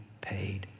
paid